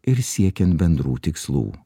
ir siekiant bendrų tikslų